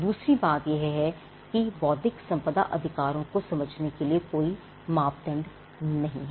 दूसरी बात यह है कि बौद्धिक संपदा अधिकारों को समझने के लिए कोई मापदंड नहीं है